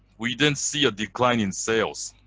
we didn't see a decline in sales,